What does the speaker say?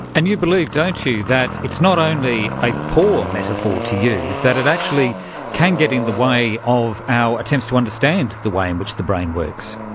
and you believe, don't you, that it's not only a poor metaphor to use, that it actually can get in the way of our attempts to understand the way in which the brain works.